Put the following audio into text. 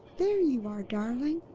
there you are, darling!